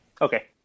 Okay